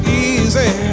easy